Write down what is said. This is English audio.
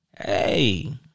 hey